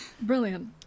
Brilliant